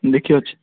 ଦେଖି ଅଛି